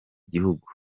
gihugu